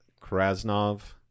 Krasnov